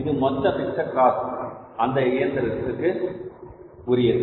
இது மொத்த fixed cost அந்த இயந்திரத்திற்கு உரியது